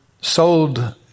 sold